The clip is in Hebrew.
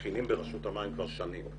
מכינים ברשות המים כבר שנים.